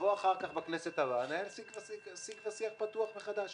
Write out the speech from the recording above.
נבוא אחר כך בכנסת הבאה וננהל שיג ושיח פתוח וחדש.